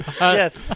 Yes